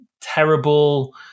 terrible